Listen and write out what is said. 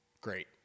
Great